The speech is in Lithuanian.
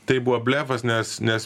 tai buvo blefas nes nes